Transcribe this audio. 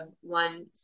one